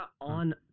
on –